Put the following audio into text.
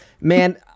Man